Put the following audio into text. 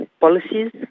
policies